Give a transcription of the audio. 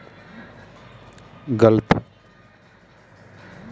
Kashmiri fibre, कच्चा, processed या virgin होता है